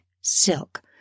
silk